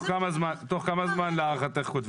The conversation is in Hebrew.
תוך כמה זמן להערכתך כותבים?